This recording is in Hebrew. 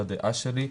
לדעה שלי,